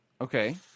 Okay